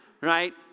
right